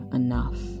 enough